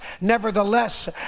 Nevertheless